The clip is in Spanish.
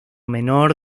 menor